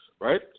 right